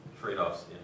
trade-offs